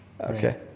Okay